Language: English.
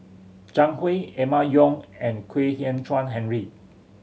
Zhang Hui Emma Yong and Kwek Hian Chuan Henry